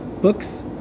books